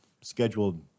scheduled